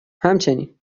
همچنین